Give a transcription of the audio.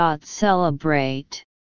Celebrate